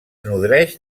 nodreix